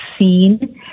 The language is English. seen